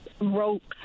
ropes